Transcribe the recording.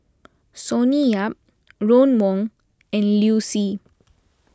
Sonny Yap Ron Wong and Liu Si